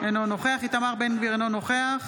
אינו נוכח איתמר בן גביר, אינו נוכח